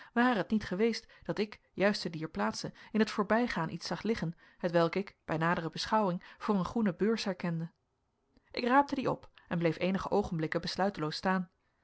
ware het niet geweest dat ik juist te dier plaatse in t voorbijgaan iets zag liggen hetwelk ik bij nadere beschouwing voor een groene beurs herkende ik raapte die op en bleef eenige oogenblikken besluiteloos staan